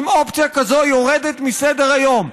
אם אופציה כזאת יורדת מסדר-היום,